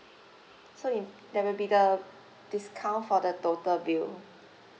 so in there will be the discount for the total bill